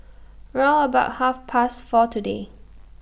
round about Half Past four today